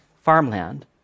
farmland